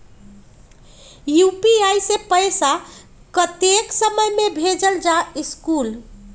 UPI से पैसा कतेक समय मे भेजल जा स्कूल?